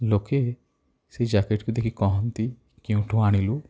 ଲୋକେ ସେହି ଜ୍ୟାକେଟ୍କୁ ଦେଖି କହନ୍ତି କେଉଁଠୁ ଆଣିଲୁ